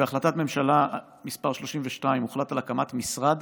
בהחלטת ממשלה מס' 32 הוחלט על הקמת משרד